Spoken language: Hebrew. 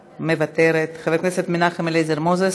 מוותרת, חבר הכנסת מנחם אליעזר מוזס,